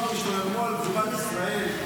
תמהו והשתוממו על גבורת ישראל,